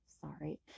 sorry